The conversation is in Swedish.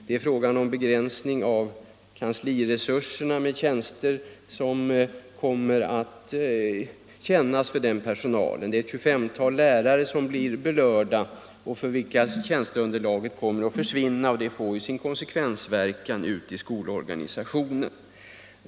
Det är fråga om en begränsning av kan = utbildningen sliresurserna, och det kommer naturligtvis att kännas för den personal som innehar tjänster. Ett 25-tal lärare, för vilka tjänsteunderlaget kommer att försvinna, blir berörda. Det får sina konsekvenser ute i skolorganisationen.